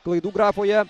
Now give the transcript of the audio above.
klaidų grafoje